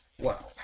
Wow